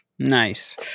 Nice